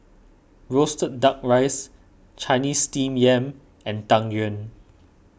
Roasted Duck Rice Chinese Steamed Yam and Tang Yuen